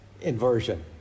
inversion